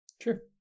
Sure